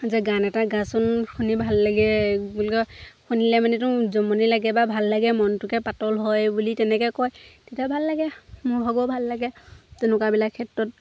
যে গান এটা গাচোন শুনি ভাল লাগে বুলি কয় শুনিলে মানেতো জমনি লাগে বা ভাল লাগে মনটোকে পাতল হয় বুলি তেনেকৈ কয় তেতিয়া ভাল লাগে মোৰ ভাগেও ভাল লাগে তেনেকুৱাবিলাক ক্ষেত্ৰত